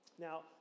Now